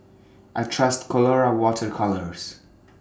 I Trust Colora Water Colours